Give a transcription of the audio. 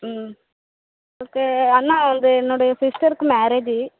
ம் எனக்கு அண்ணா வந்து என்னுடைய சிஸ்டருக்கு மேரேஜு